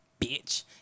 bitch